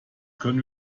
können